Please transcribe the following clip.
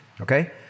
okay